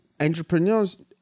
entrepreneurs